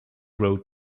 wrote